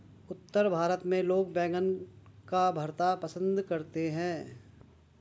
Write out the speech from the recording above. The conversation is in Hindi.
उत्तर भारत में लोग बैंगन का भरता पंसद करते हैं